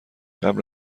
قبل